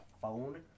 phone